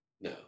no